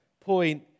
point